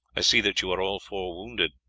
i see that you are all four wounded.